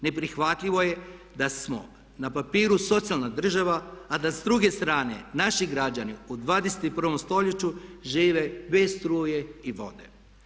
Neprihvatljivo je da smo na papiru socijalna država a da s druge strane naši građani u 21.stoljeću žive bez struje i vode.